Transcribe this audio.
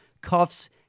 cuffs